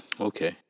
Okay